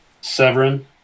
Severin